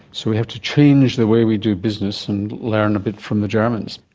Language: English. so we have to change the way we do business and learn a bit from the germans.